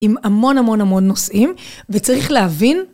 עם המון המון המון נושאים וצריך להבין.